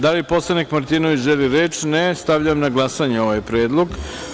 Da li poslanik Aleksandar Martinović želi reč? (Ne.) Stavljam na glasanje ovaj predlog.